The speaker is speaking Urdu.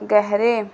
گہرے